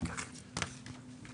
ישמור אותך.